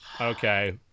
Okay